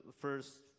first